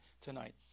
tonight